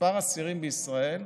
מספר האסירים בישראל,